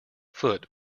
foot